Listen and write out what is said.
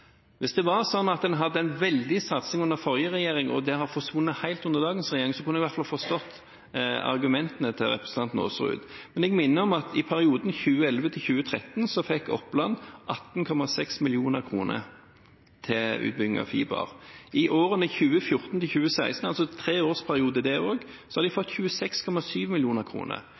Hvis det var sånn at en hadde en veldig satsing under forrige regjering, og den har forsvunnet helt under dagens regjering, kunne jeg i hvert fall ha forstått argumentene til representanten Aasrud. Jeg minner om at i perioden 2011–2013 fikk Oppland 18,6 mill. kr til utbygging av fiber. I årene 2014–2016, en treårsperiode, det også, har de fått 26,7 mill. kr og altså fått